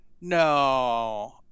no